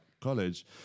college